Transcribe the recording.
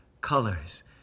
colors